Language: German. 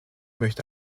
möchte